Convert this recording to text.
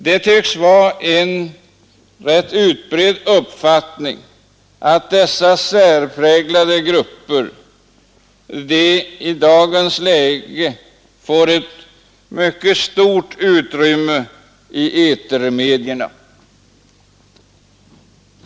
Det tycks vara en rätt utbredd uppfattning att dessa särpräglade grupper i dagens läge får ett mycket stort utrymme i etermedierna.